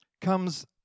comes